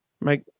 make